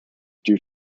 due